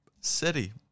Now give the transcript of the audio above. City